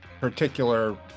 particular